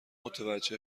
متوجه